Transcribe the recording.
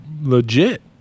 Legit